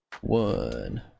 one